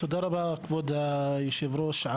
תודה רבה כבוד יושב הראש,